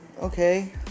Okay